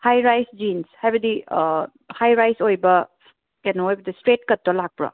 ꯍꯥꯏꯔꯥꯏꯁ ꯖꯤꯟꯁ ꯍꯥꯏꯕꯗꯤ ꯍꯥꯏꯔꯥꯏꯁ ꯑꯣꯏꯕ ꯀꯩꯅꯣ ꯑꯣꯏꯕꯗꯣ ꯁꯇ꯭ꯔꯦꯠ ꯀꯠꯇꯣ ꯂꯥꯛꯄ꯭ꯔꯣ